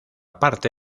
parte